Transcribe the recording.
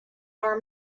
are